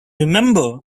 remember